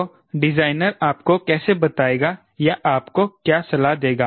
तो डिजाइनर आपको कैसे बताएगा या आपको क्या सलाह देगा